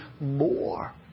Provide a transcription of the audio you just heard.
more